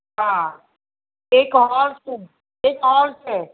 હા એક હોલ છે એક હોલ છે